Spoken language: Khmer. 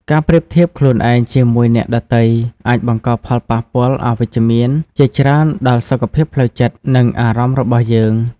ការប្រៀបធៀបខ្លួនឯងជាមួយអ្នកដទៃអាចបង្កផលប៉ះពាល់អវិជ្ជមានជាច្រើនដល់សុខភាពផ្លូវចិត្ត និងអារម្មណ៍របស់យើង។